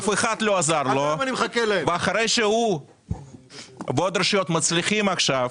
אף אחד לא עזר לו ואחרי שהוא ועוד רשויות מצליחים עכשיו,